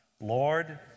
Lord